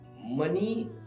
Money